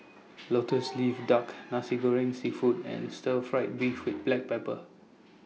Lotus Leaf Duck Nasi Goreng Seafood and Stir Fried Beef with Black Pepper